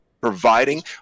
Providing